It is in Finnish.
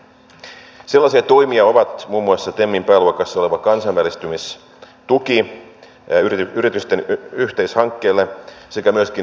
sellaisia toimia ovat muun muassa temin pääluokassa oleva kansainvälistymistuki yritysten yhteishankkeille sekä myöskin finpron toiminta